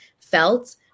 felt